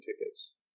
tickets